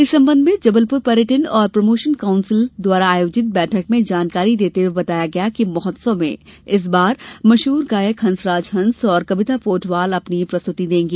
इस संबंध में जबलपुर पर्यटन और प्रमोशन काउंसिल द्वारा आयोजित बैठक में जानकारी देते हुये बताया गया कि महोत्सव में इस बार मशहूर गायक हंसराज हंस और कविता पौडवाल अपनी प्रस्तुति देंगी